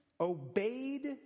obeyed